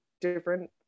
different